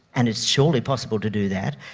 and it's surely possible to do that,